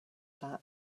that